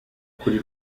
kuri